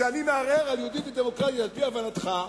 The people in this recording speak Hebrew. כשאני מערער על "יהודית ודמוקרטית" על-פי הבנתך,